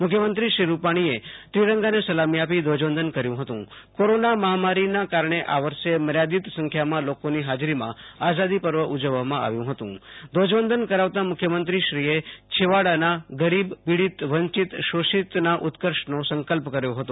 મુખ્યમંત્રી શ્રી રૂપાણીએ ત્રિરંગાને સલામી આપી ધ્વજવંદન કર્યું હતું કોરોના મહામારીના કારણે આ વર્ષે મર્યાદિત સંખ્યામાં લોકોની હાજરીમાં આઝાદી પર્વ ઉજવવામાં આવ્યું હતું ધ્વજવંદન કરાવતાં મુખ્યમંત્રીશ્રીએ છેવાડાના ગરીબ પીડિત વંચિતશોષિતના ઉત્કર્ષનો સંકલ્પ કર્યો હતો